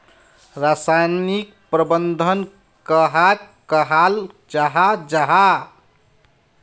रासायनिक प्रबंधन कहाक कहाल जाहा जाहा?